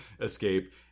escape